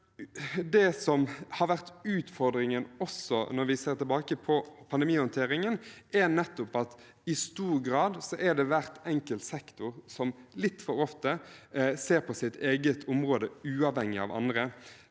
§ 45) vært utfordringen, også når vi ser tilbake på pandemihåndteringen, er nettopp at det i stor grad er hver enkelt sektor som litt for ofte ser på sitt eget område uavhengig av andre.